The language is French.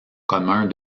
commun